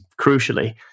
crucially